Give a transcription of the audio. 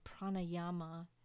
pranayama